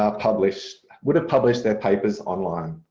ah published, would have published their papers online